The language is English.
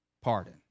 pardon